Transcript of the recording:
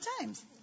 times